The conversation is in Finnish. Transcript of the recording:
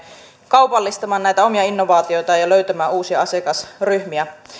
kaupallistamaan näitä omia innovaatioitaan ja löytämään uusia asiakasryhmiä